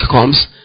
comes